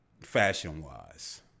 fashion-wise